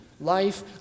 life